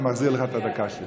ואני מחזיר לך את הדקה שלך.